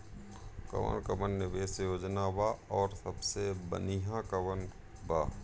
कवन कवन निवेस योजना बा और सबसे बनिहा कवन बा?